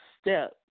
step